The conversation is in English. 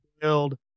build